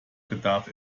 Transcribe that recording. bedarf